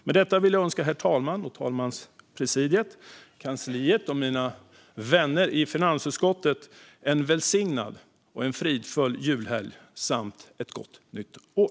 Med detta vill jag önska herr talmannen och talmanspresidiet, kansliet och mina vänner i finansutskottet en välsignad och fridfull julhelg samt ett gott nytt år.